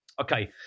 Okay